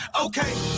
okay